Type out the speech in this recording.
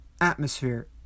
atmosphere